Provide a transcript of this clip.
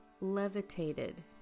levitated